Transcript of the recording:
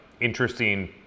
interesting